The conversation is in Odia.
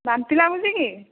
ବାନ୍ତି ଲାଗୁଛି କି